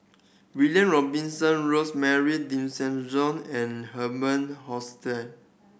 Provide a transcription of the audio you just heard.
William Robinson Rosemary and Herman